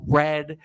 red